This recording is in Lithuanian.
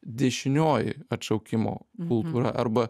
dešinioji atšaukimo kultūra arba